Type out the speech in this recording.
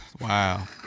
wow